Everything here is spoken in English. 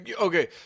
Okay